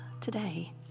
today